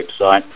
website